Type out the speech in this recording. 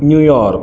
New York